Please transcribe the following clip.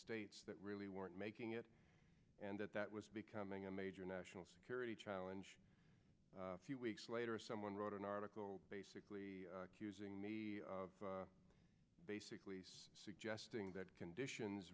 states that really weren't making it and that that was becoming a major national security challenge few weeks later someone wrote an article basically using basically suggesting that conditions